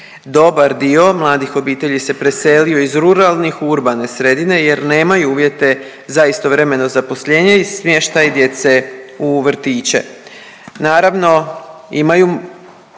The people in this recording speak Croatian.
Dobar dio mladih obitelji se preselio iz ruralnih u urbane sredine jer nemaju uvjete za istovremeno zaposlenje i smještaj djece u vrtiće.